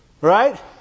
Right